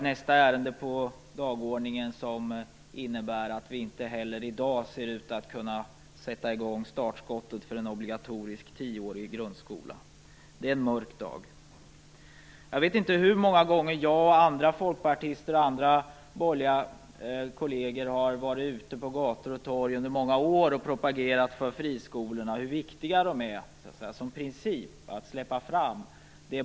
Nästa ärende på dagordningen innebär att vi inte heller i dag ser ut att kunna avlossa startskottet för en obligatorisk tioårig grundskola. Detta är en mörk dag. Jag vet inte hur många gånger jag, andra folkpartister och andra borgerliga kolleger har varit ute på gator och torg under många år och propagerat för friskolorna och för hur viktigt det är som princip att släppa fram dem.